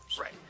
Right